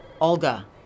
Olga